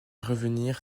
revenir